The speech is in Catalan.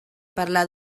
parlar